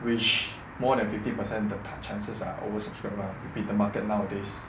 which more than fifty percent the chances are oversubscribed ah the market now of days